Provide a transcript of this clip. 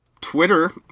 Twitter